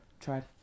tried